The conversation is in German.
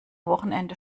wochenende